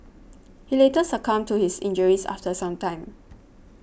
he later succumbed to his injuries after some time